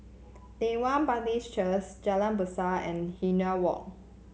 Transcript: Leng Kwang Baptist Cheers Jalan Besar and Hindhede Walk